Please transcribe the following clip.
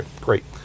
Great